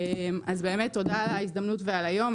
אז באמת תודה על ההזדמנות ועל היום.